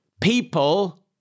people